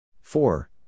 Four